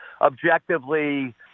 objectively